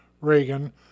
Reagan